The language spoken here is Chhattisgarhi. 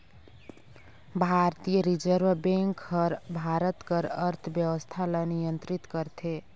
भारतीय रिजर्व बेंक हर भारत कर अर्थबेवस्था ल नियंतरित करथे